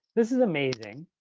this is amazing,